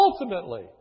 ultimately